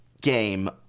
game